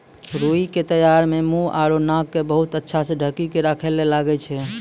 रूई के तैयारी मं मुंह आरो नाक क बहुत अच्छा स ढंकी क राखै ल लागै छै